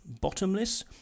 bottomless